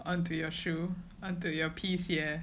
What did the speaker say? on to your shoe on to your 皮鞋